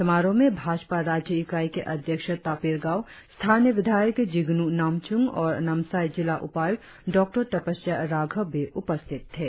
समारोह में भाजपा राज्य इकाई के अध्यक्ष ताफिर गाव स्थानीय विधायक जिंग्नू नामचूम और नामसाई जिला उपायुक्त डॉ तपस्या राघव भी उपस्थित थे